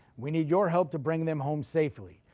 we need your help to bring them home safely.